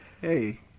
Hey